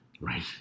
Right